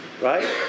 right